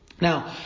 Now